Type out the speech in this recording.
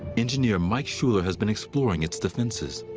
engineer mike schuller has been exploring its defenses.